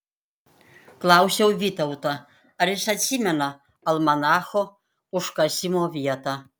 klausiau vytautą ar jis atsimena almanacho užkasimo vietą